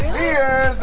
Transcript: here,